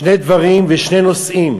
שני דברים ושני נושאים